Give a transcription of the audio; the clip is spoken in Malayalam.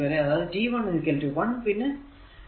അതായതു t 1 1 പിന്നെ t 2